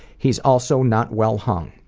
he's also not well-hung.